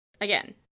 Again